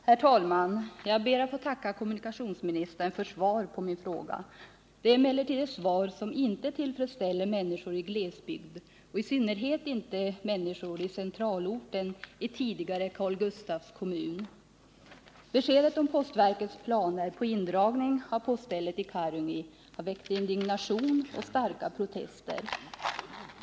Herr talman! Jag ber att få tacka kommunikationsministern för svaret på min fråga. Det är emellertid ett svar som inte tillfredsställer människor i glesbygd och i synnerhet inte människor i centralorten i tidigare Karl Gustavs kommun. Beskedet om postverkets planer på en indragning av poststället i Karungi har väckt indignation och starka protester.